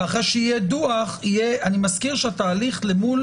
ואחרי שיהיה דוח אני מזכיר שהתהליך מול